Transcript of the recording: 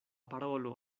parolo